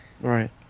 Right